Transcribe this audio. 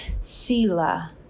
Sila